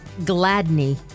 Gladney